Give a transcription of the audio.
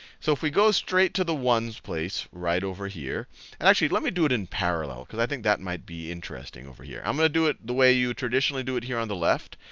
so if we go straight to the ones place right over here and actually, let me do it in parallel, because i think that might be interesting over here. i'm going to do it the way you traditionally do it here on the left,